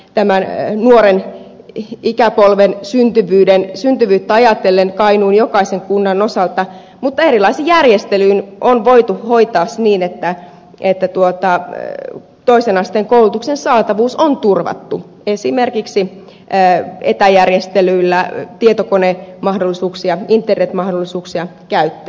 tämä murre pihvit esimerkiksi nuoren ikäpolven syntyvyyttä ajatellen kainuun jokaisen kunnan osalta mutta erilaisin järjestelyin on voitu hoitaa se niin että toisen asteen koulutuksen saatavuus on turvattu esimerkiksi se että järjestelyllä ei tietokoneen etäjärjestelyillä tietokonemahdollisuuksia internetmahdollisuuksia käyttäen